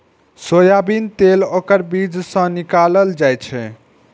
soybean तेल ओकर बीज सं निकालल जाइ छै